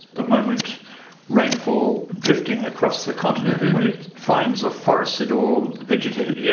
the moment rainfall drifting across the continent when it finds a forested or vegetated area,